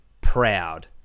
proud